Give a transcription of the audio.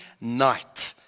night